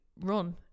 run